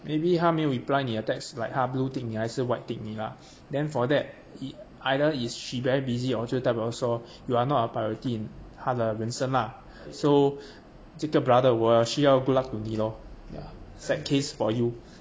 maybe 她没有 reply 你的 texts like 她 blue tick 你还是 white tick 你 lah then for that it either is she very busy or 就代表说 you are not a priority in 她的人生 lah so 这个 brother 我需要 goodluck to 你 lor ya friend kiss for you